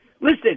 Listen